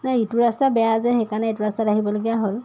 নাই ইটো ৰাস্তা বেয়া যে সেইকাৰণে এইটো ৰাস্তাত আহিবলগীয়া হ'ল